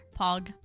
Pog